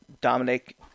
Dominic